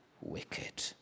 wicked